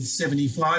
75%